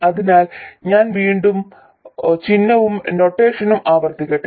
അതിനാൽ വീണ്ടും ഞാൻ ചിഹ്നവും നൊട്ടേഷനും ആവർത്തിക്കട്ടെ